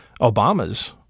Obama's